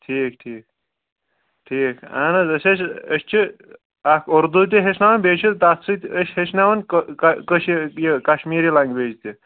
ٹھیٖک ٹھیٖک ٹھیٖک اہن حظ أسۍ حظ چھِ أسۍ چھِ اَکھ اردوٗ تہِ ہیٚچھناوان بیٚیہِ چھِ تَتھ سۭتۍ أسۍ ہیٚچھناوان کٲشِر یہِ کشمیٖری لنٛگویج تہِ